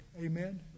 amen